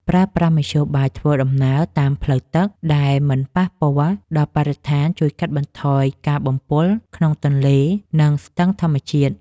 ប្រើប្រាស់មធ្យោបាយធ្វើដំណើរតាមផ្លូវទឹកដែលមិនប៉ះពាល់ដល់បរិស្ថានជួយកាត់បន្ថយការបំពុលក្នុងទន្លេ និង ស្ទឹងធម្មជាតិ។